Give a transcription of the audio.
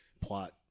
plot